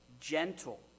gentle